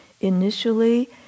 initially